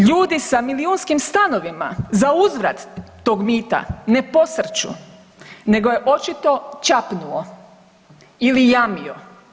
Ljudi sa milijunskim stanovima za uzvrat tog mita ne posrću, nego je očito čapnuo ili jamio.